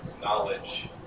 knowledge